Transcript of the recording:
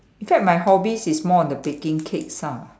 in fact my hobbies is more on the baking cakes ah